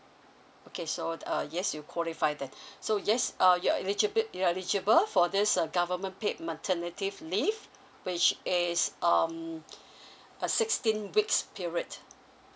okay so uh yes you qualify that so yes uh you eligil~ you're eligible for this uh government paid maternity leave leave which is um a sixteen weeks periods